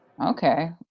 Okay